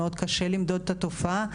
מאוד קשה למדוד את התופעה.